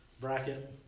bracket